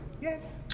Yes